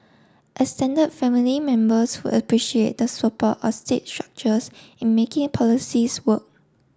extended family members would appreciate the support of state structures in making policies work